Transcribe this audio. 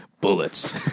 bullets